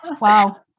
wow